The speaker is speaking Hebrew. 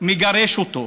מגרש אותו,